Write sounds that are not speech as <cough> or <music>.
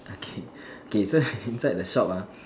okay okay <breath> so inside the shop ah